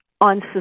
on